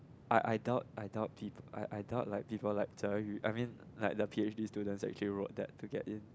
I I doubt I doubt peop~ I doubt like people like Zhe-Yu I mean like the P_H_D students actually wrote that to get in